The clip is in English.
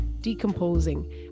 decomposing